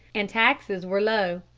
and taxes were low.